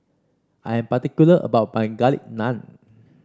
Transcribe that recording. I am particular about my Garlic Naan